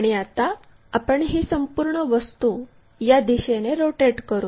आणि आता आपण ही संपूर्ण वस्तू या दिशेने रोटेट करू